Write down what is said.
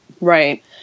Right